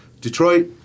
Detroit